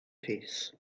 peace